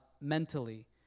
mentally